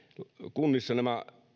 kunnissa nämä